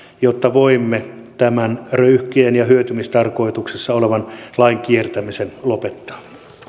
jotta voimme tämän röyhkeän ja hyötymistarkoituksessa olevan lainkiertämisen lopettaa